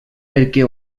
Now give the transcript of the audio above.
perquè